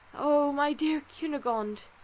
oh! my dear cunegonde!